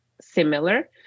similar